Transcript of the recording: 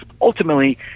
ultimately